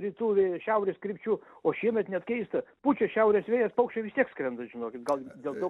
rytų vėjas šiaurės krypčių o šiemet net keista pučia šiaurės vėjas paukščiai vis tiek skrenda žinokit gal dėl to